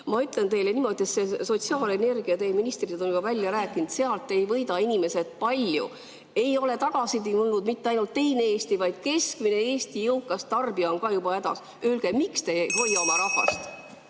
Ma ütlen teile niimoodi, et see sotsiaalenergia – teie ministrid on juba välja rääkinud, et sellega ei võida inimesed palju. Ei ole tagasi tulnud mitte ainult teine Eesti, vaid ka keskmine Eesti, jõukas tarbija on juba hädas. Öelge, miks te ei hoia oma rahvast.